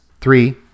Three